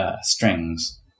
strings